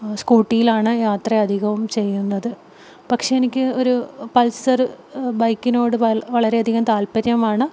സ്കൂട്ടിയിലാണ് യാത്ര അധികവും ചെയ്യുന്നത് പക്ഷേ എനിക്ക് ഒരു പൾസർ ബൈക്കിനോട് വളരെ വളരെയധികം താല്പര്യമാണ്